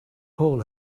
hole